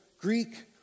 Greek